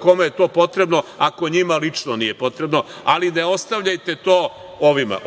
kome je to potrebno ako njima lično nije potrebno, ali ne ostavljajte to ovima